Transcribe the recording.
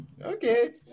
Okay